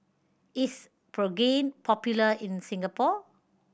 is Pregain popular in Singapore